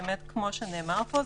כמו שנאמר פה,